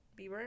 Bieber